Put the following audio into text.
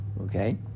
Okay